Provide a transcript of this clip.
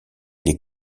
des